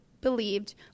believed